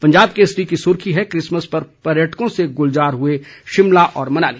पंजाब केसरी की सुर्खी है किसमस पर पर्यटकों से गुलजार हुए शिमला और मनाली